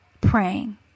praying